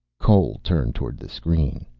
cole turned toward the screen.